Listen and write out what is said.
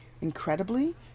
Incredibly